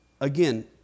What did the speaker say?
again